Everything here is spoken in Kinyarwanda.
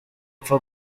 apfa